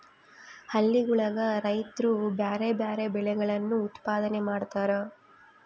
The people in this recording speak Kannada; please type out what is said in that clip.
ಹಳ್ಳಿಗುಳಗ ರೈತ್ರು ಬ್ಯಾರೆ ಬ್ಯಾರೆ ಬೆಳೆಗಳನ್ನು ಉತ್ಪಾದನೆ ಮಾಡತಾರ